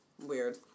Weird